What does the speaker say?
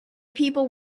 people